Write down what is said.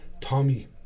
Tommy